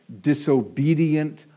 disobedient